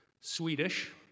Swedish